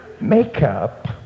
Makeup